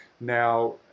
Now